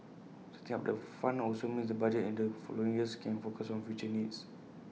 setting up the fund also means the budgets in the following years can focus on future needs